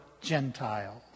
Gentiles